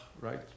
right